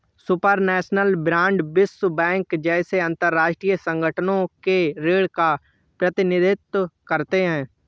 supranational bond विश्व bank जैसे अंतरराष्ट्रीय संगठनों के ऋण का प्रतिनिधित्व करते हैं